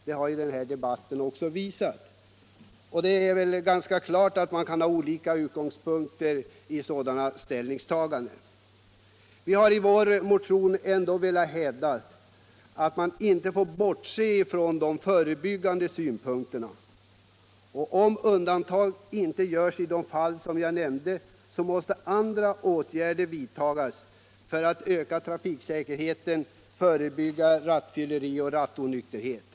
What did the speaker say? — det har även den här debatten visat. Man kan givetvis ha olika utgångspunkter för sitt ställningstagande i sådana fall. Vi har i vår motion hävdat att man inte får bortse från de förebyggande effekterna av sådana undantag. Om dessa undantag inte bibehålles måste andra åtgärder vidtas för att öka trafiksäkerheten och för att förebygga rattfylleri och rattonykterhet.